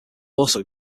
also